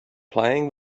playing